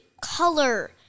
color